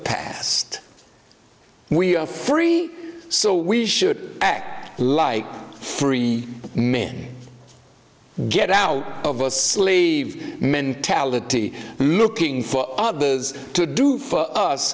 past we are free so we should act like free men get out of a slave mentality looking for others to do for us